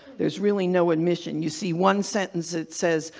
there's really no admission. you see one sentence, it says,